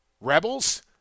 Rebels